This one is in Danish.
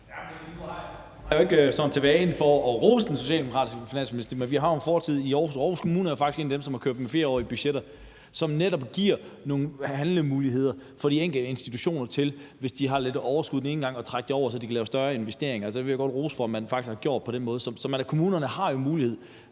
Boje Mathiesen (NB): Jeg har ikke sådan for vane at rose den socialdemokratiske finansminister. Men vi har en fælles fortid i Aarhus Kommune, og det er faktisk en af dem, som har kørt med flerårige budgetter, hvilket netop giver nogle handlemuligheder for de enkelte institutioner: Hvis de har lidt overskud den ene gang, kan de trække det over, så de kan lave større investeringer. Og jeg vil godt rose for, at man har gjort det på den måde. Så kommunerne har jo mulighed